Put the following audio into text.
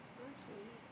okay